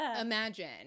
Imagine